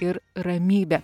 ir ramybė